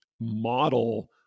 model